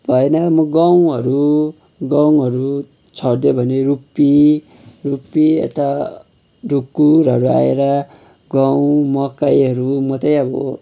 भएन म गहुँहरू गहुँहरू छरिदियो भने रुपी रुपी यता ढुक्कुरहरू आएर गहुँ मकैहरू मात्रै अब